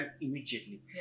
immediately